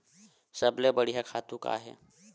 सबले बढ़िया खातु का हे?